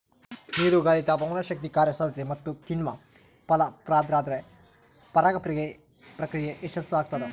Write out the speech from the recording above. ನೀರು ಗಾಳಿ ತಾಪಮಾನಶಕ್ತಿ ಕಾರ್ಯಸಾಧ್ಯತೆ ಮತ್ತುಕಿಣ್ವ ಫಲಪ್ರದಾದ್ರೆ ಪರಾಗ ಪ್ರಕ್ರಿಯೆ ಯಶಸ್ಸುಆಗ್ತದ